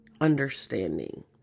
understanding